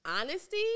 honesty